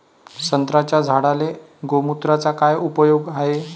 संत्र्याच्या झाडांले गोमूत्राचा काय उपयोग हाये?